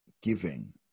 giving